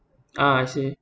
ah I see